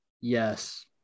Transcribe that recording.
yes